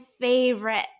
favorite